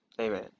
Amen